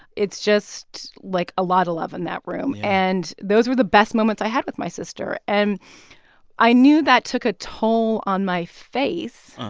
it's just like a lot of love in that room. and those were the best moments i had with my sister. and i knew that took a toll on my face.